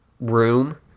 room